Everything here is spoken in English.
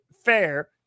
fair